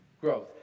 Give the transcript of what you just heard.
growth